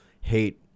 hate